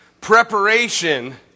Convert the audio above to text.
preparation